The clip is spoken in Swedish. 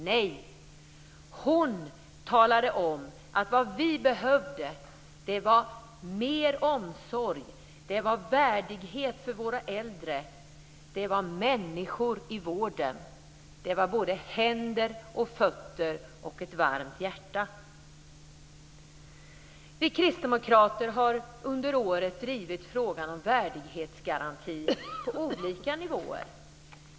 Nej, hon talade om att vad vi behövde var mer omsorg, värdighet för våra äldre och människor i vården. Det var både händer och fötter och ett varmt hjärta. Vi kristdemokrater har under året drivit frågan om värdighetsgaranti på olika nivåer.